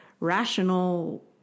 rational